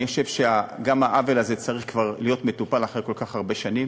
אני חושב שגם העוול הזה צריך כבר להיות מטופל אחרי כל כך הרבה שנים.